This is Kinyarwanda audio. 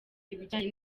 ibijyanye